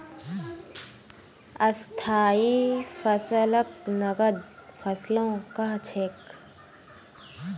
स्थाई फसलक नगद फसलो कह छेक